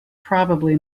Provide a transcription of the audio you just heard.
probably